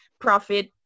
profit